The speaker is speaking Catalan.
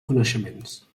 coneixements